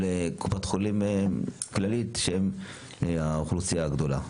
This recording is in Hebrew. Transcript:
קופת חולים כללית שהם האוכלוסייה הגדולה.